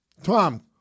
Tom